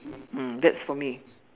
mm that's for me